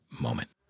moment